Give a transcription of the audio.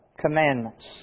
commandments